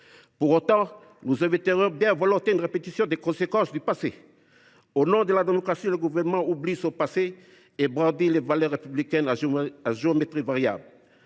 Pour autant, nous éviterions bien volontiers une répétition des conséquences du passé. Au nom de la démocratie, le Gouvernement oublie son passé et brandit les valeurs républicaines à géométrie variable.